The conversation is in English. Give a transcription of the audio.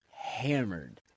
hammered